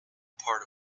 part